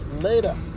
later